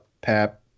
Pap